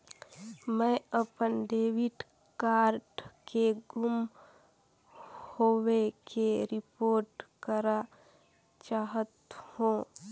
मैं अपन debit card के गुम होवे के रिपोर्ट करा चाहत हों